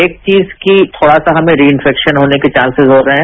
एक चीज की थोडा सा हमें रिइफेक्शन होने के चांसेजहो रहे हैं